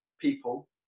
people